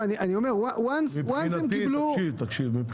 לא, אני אומר, ברגע שהם קיבלו --- מבחינתי,